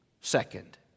second